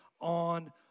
on